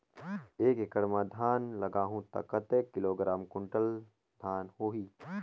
एक एकड़ मां धान लगाहु ता कतेक किलोग्राम कुंटल धान होही?